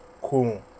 Cool